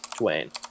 Dwayne